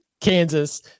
Kansas